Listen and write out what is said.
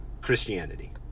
Christianity